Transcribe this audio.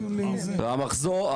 והמחזור,